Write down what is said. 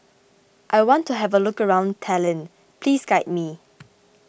I want to have a look around Tallinn please guide me